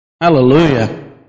Hallelujah